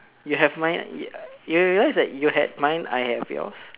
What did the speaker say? you have mine ya you realize you had mine I have yours